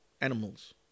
animals